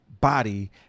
body